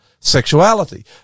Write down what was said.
Sexuality